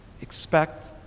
Expect